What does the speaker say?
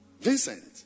Vincent